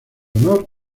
honor